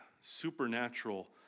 supernatural